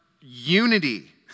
unity